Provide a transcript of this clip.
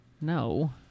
no